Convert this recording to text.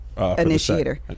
Initiator